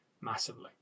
massively